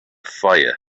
fire